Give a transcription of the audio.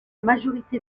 majorité